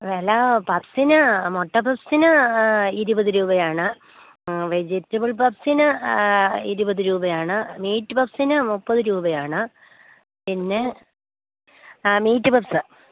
വില പപ്സിന് മുട്ട പപ്സിന് ഇരുപത് രൂപയാണ് വെജിറ്റബിള് പപ്സിന് ഇരുപത് രൂപയാണ് മീറ്റ് പപ്സിന് മുപ്പത് രൂപയാണ് പിന്നെ ആ മീറ്റ് പപ്സ്